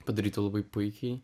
padarytų labai puikiai